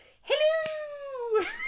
hello